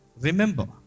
Remember